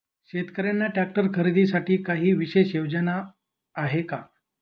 शेतकऱ्यांना ट्रॅक्टर खरीदीसाठी काही विशेष योजना आहे का?